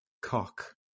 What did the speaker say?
cock